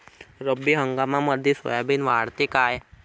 रब्बी हंगामामंदी सोयाबीन वाढते काय?